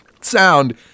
sound